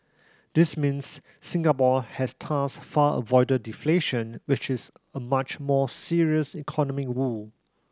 this means Singapore has thus far avoided deflation which is a much more serious economic woe